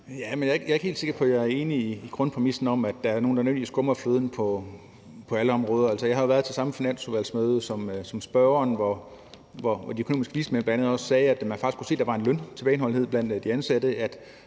jeg er ikke helt sikker på, at jeg er enig i grundpræmissen om, at der nødvendigvis er nogen, der skummer fløden på alle områder. Altså, jeg har jo været til samme finansudvalgsmøde som spørgeren, hvor de økonomiske vismænd bl.a. sagde, at man faktisk kunne se, at der var en løntilbageholdenhed blandt de ansatte,